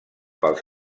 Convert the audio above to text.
pels